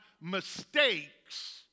mistakes